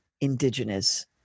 indigenous